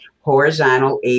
horizontal